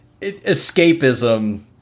escapism